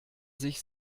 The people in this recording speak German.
sich